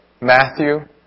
Matthew